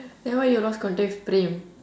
then why you lost contact with praem